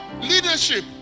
Leadership